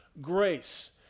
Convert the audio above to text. grace